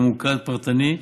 ממוקד ופרטני,